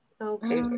Okay